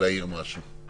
להעיר משהו או לומר.